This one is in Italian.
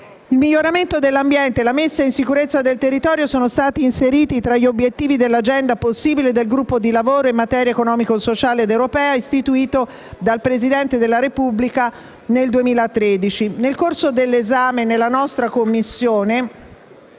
Il miglioramento dell'ambiente e la messa in sicurezza del territorio sono stati inseriti tra gli obiettivi dell'agenda possibile del gruppo di lavoro in materia economico-sociale ed europea istituito dal Presidente della Repubblica nel 2013. Nel corso dell'esame nella nostra Commissione,